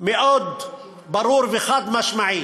מאוד ברור וחד-משמעי.